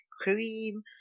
cream